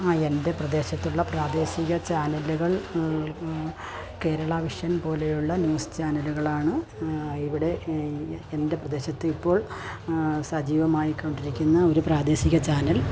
ആ എൻ്റെ പ്രദേശത്തുള്ള പ്രാദേശിക ചാനലുകൾ കേരളാ വിഷൻ പോലെയുള്ള ന്യൂസ് ചാനലുകളാണ് ഇവിടെ എൻ്റെ പ്രദേശത്ത് ഇപ്പോൾ സജീവമായിക്കൊണ്ടിരിക്കുന്ന ഒരു പ്രാദേശിക ചാനൽ